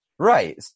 Right